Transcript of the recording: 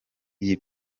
iyi